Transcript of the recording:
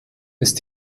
ist